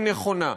היא נכונה,